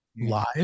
live